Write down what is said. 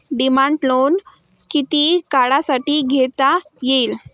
Demand loan किती काळासाठी घेता येईल?